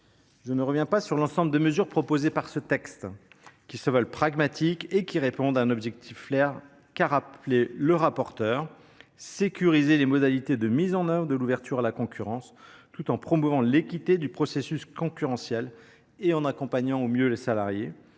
Je ne reviens pas sur l’ensemble des mesures de cette proposition de loi. Elles se veulent pragmatiques et répondent à un objectif clair, qu’a rappelé M. le rapporteur : sécuriser les modalités de mise en œuvre de l’ouverture à la concurrence tout en promouvant l’équité du processus concurrentiel et en accompagnant au mieux les salariés,